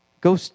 Go